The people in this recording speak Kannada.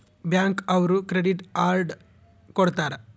ಬ್ಯಾಂಕ್ ಅವ್ರು ಕ್ರೆಡಿಟ್ ಅರ್ಡ್ ಕೊಡ್ತಾರ